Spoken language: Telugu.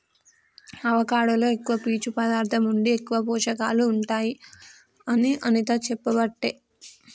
అవకాడో లో ఎక్కువ పీచు పదార్ధం ఉండి ఎక్కువ పోషకాలు ఉంటాయి అని అనిత చెప్పబట్టే